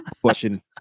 question